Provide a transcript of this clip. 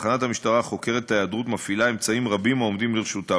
תחנת המשטרה החוקרת את ההיעדרות מפעילה אמצעים רבים העומדים לרשותה,